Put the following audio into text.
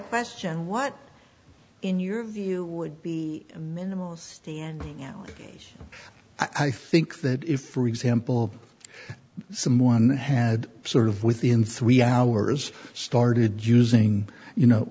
question what in your view would be minimal standing out i think that if for example someone had sort of within three hours started using you know